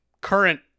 current